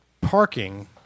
Parking